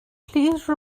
please